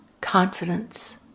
confidence